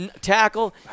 Tackle